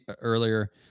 earlier